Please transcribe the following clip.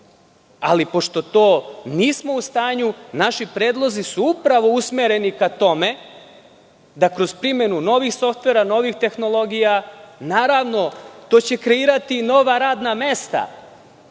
Ali, pošto to nismo u stanju, naši predlozi su upravo usmereni ka tome da kroz primenu novih softvera, novih tehnologija, radimo na tome. Naravno, to će kreirati nova radna mesta